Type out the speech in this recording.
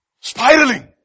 spiraling